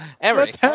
Eric